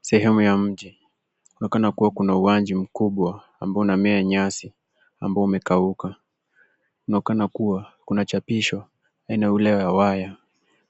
Sehemu ya mji. Kunaonekana kuwa na uwanja mkubwa ambao unamea nyasi ambao umekauka. Unaonekana kuwa kuna chapisho aina ya ule wa waya .